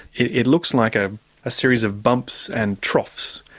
it looks like a ah series of bumps and troughs,